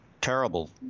terrible